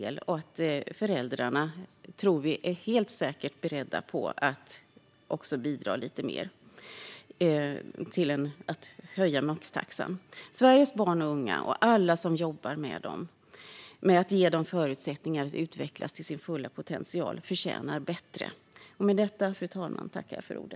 Vi tror också att föräldrarna helt säkert är beredda att bidra lite mer genom en höjning av maxtaxan. Sveriges barn och unga och alla som jobbar för att ge dem förutsättningar att utvecklas till sin fulla potential förtjänar bättre.